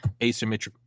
asymmetric